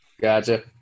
Gotcha